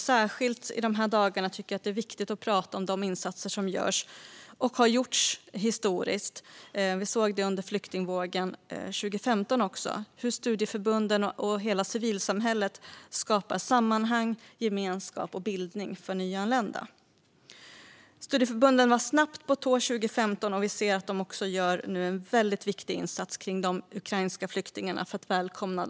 Särskilt i dessa dagar tycker jag att det är viktigt att prata om de insatser som studieförbunden och hela civilsamhället gör och har gjort för att skapa sammanhang, gemenskap och bildning för nyanlända. Studieförbunden var snabbt på tå vid flyktingvågen 2015, och vi ser nu att de gör en väldigt viktig insats för att välkomna de ukrainska flyktingarna runt om i landet.